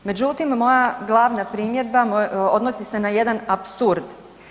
Međutim, moja glavna primjedba odnosni se na jedan apsurd.